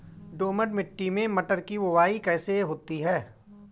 दोमट मिट्टी में मटर की बुवाई कैसे होती है?